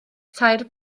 tair